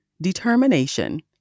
determination